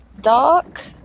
Dark